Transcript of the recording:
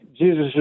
Jesus